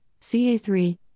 CA3